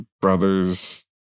brother's